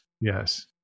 yes